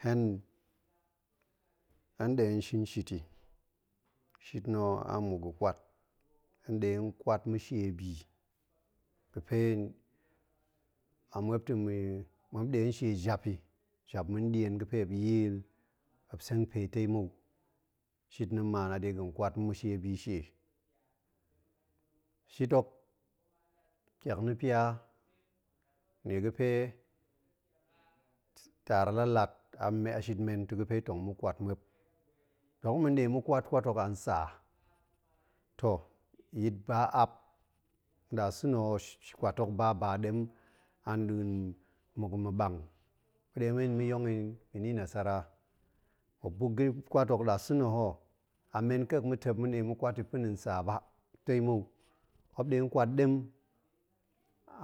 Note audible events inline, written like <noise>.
Hen, hen ɗe shin shit i. shit na̱ ama̱ ga̱ kwat, hen ɗe kwat ma̱ shie bi ga̱ pe a muop ta̱ <hesitation> muop ɗe shie jap i, jap ma̱n ɗien ga̱ fe muop yil, muop seng pe tei mou. shit na̱ maan a de ga̱n kwat ma̱ shie bi shie. shit hok, ƙiak na̱ pia nie ga̱ pe taar la lat, a shit men ta̱ ga̱ fe tong ma̱ kwat muop. dok ma̱n ɗe ma̱ kwat-kwat hok an saa, to, yit ba ap, nasa̱na̱ ho, kwat hok ba ba ɗem a nɗin muk ma̱ ɓang ga̱ ɗe men tong ma̱ yong i ga̱ nie nasara, muop buk ga̱ kwat hok nasa̱na ho a men kek ma̱ tep ma̱n ɗe tong ma̱ kwat i pa̱na̱ nsaa ba tei mou, muop nɗe kwat ɗem